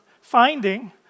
finding